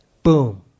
Boom